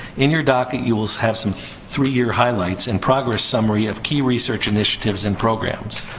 in your docket, you will have some three year highlights and progress summary of key research initiatives and programs.